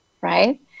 right